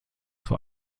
vor